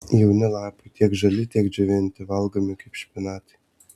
jauni lapai tiek žali tiek džiovinti valgomi kaip špinatai